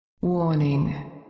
Warning